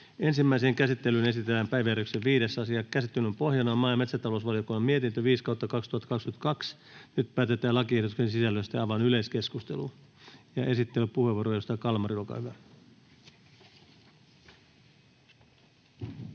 Ensimmäiseen käsittelyyn esitellään päiväjärjestyksen 5. asia. Käsittelyn pohjana on maa- ja metsätalousvaliokunnan mietintö MmVM 5/2022 vp. Nyt päätetään lakiehdotusten sisällöstä. — Avaan yleiskeskustelun. Esittelypuheenvuoro, edustaja Kalmari, olkaa hyvä.